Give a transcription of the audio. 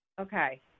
okay